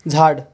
झाड